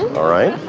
all right.